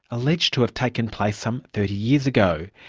alleged to have taken place some thirty years ago.